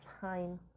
time